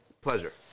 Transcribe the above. pleasure